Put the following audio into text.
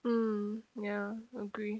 mm ya agree